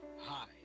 Hi